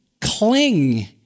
cling